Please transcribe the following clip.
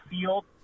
field